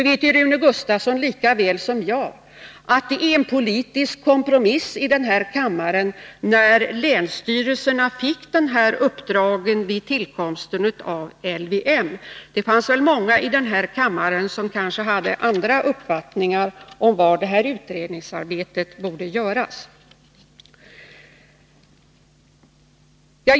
Men Rune Gustavsson vet lika väl som jag att det var genom en politisk kompromiss här i kammaren som länsstyrelserna fick sina uppdrag i samband med tillkomsten av LVM. Kanske var det många i denna kammare som hade en annan uppfattning om var utredningsarbetet borde göras.